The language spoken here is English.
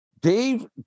Dave